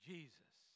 Jesus